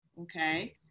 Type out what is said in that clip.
okay